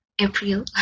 April